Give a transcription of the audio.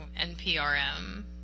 NPRM